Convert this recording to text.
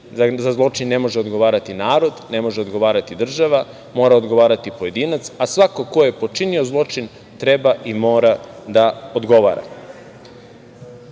za zločin ne može odgovarati narod, ne može odgovarati država, mora odgovarati pojedinac, a svako ko je počinio zločin treba i mora da odgovara. Dobro